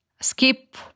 skip